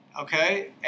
Okay